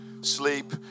sleep